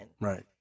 Right